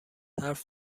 حرف